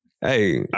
hey